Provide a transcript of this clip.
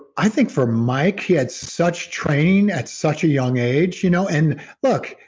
i think for my kids such training at such a young age, you know and look,